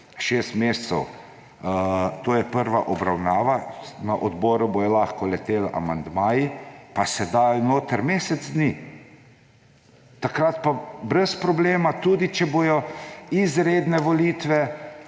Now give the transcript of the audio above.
šest mesecev, to je prva obravnava, na odboru bodo lahko leteli amandmaji pa se da noter mesec dni. Takrat pa brez problema, tudi če bodo izredne volitve,